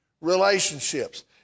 relationships